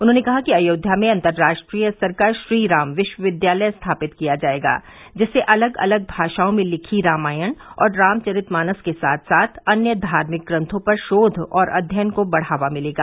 उन्होंने कहा कि अयोध्या में अन्तर्राष्ट्रीय स्तर का श्रीराम विश्वविद्यालय स्थापित किया जाएगा जिससे अलग अलग भाषाओं में लिखी रामायण और रामचरित मानस के साथ साथ अन्य धार्मिक ग्रन्थों पर शोध और अध्ययन को बढ़ावा मिलेगा